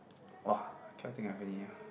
!wah! I cannot think any ah